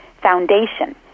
foundation